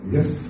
Yes